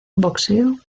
boxeo